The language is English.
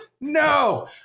No